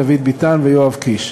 דוד ביטן ויואב קיש.